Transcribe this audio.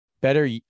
better